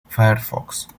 firefox